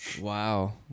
Wow